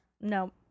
No